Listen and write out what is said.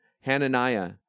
Hananiah